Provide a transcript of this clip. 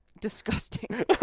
disgusting